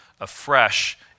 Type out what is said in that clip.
afresh